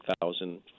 thousand